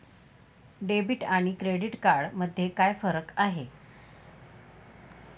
Debit आणि credit card मध्ये काय फरक आहे?